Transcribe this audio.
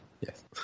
Yes